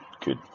good